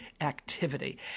activity